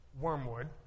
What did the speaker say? wormwood